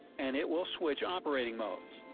and it will switch operating modes.